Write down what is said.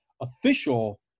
official